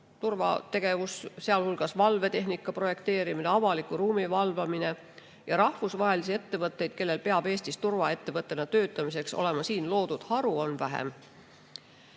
turvategevus, valvetehnika projekteerimine, avaliku ruumi valvamine. Rahvusvahelisi ettevõtteid, kellel peab Eestis turvaettevõttena töötamiseks olema siin loodud haru, on vähem.